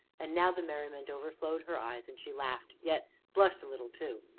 and now the merriment overflowed her eyes, and she laughed, yet blushed a little, too,